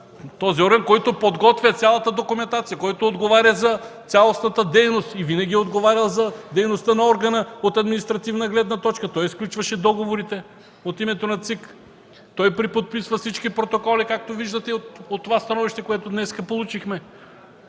Това е орган, който подготвя цялата документация, който отговаря за цялостната дейност и винаги е отговарял за дейността на органа от административна гледна точка. Той сключваше договорите от името на ЦИК, той преподписва всички протоколи, както виждате от това становище, което днес получихме.